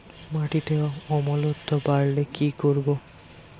মাটিতে অম্লত্ব বাড়লে কি করব?